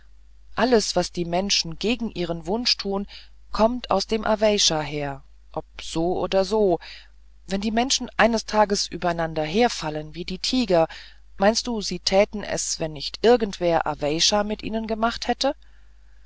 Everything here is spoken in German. alles was die menschen gegen ihren wunsch tun kommt aus dem aweysha her ob so oder so wenn die menschen eines tages übereinander herfallen wie die tiger meinst du sie täten es wenn nicht irgendwer aweysha mit ihnen gemacht hätte